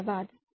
धन्यवाद